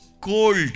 cold